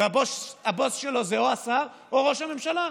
והבוס שלו זה או השר או ראש הממשלה.